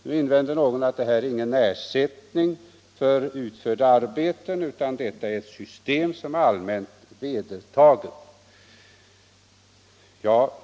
Nu invänder någon att det här är ingen ersättning för utfört arbete utan ett system som är allmänt vedertaget och som tar sikte på kompensation för inkomstbortfall.